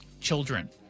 children